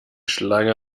schlange